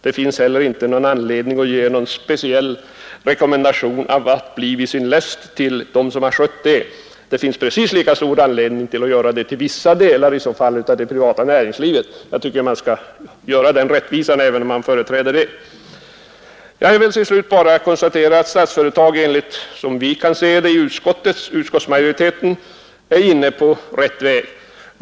Det finns inte heller någon anledning att ge en speciell rekommendation att bli vid sin läst till dem som har skött Statsföretag. I så fall finns det precis lika stor anledning att rikta sådana rekommendationer till i varje fall vissa delar av det privata 91 näringslivet. Jag tycker att man skall iaktta den rättvisan även om man företräder det sistnämnda. Jag vill till slut bara konstatera att Statsföretag AB, som vi i utskottsmajoriteten kan se det, är inne på rätt väg.